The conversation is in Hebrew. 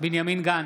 בנימין גנץ,